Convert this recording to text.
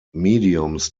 mediums